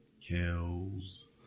Kills